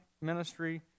ministry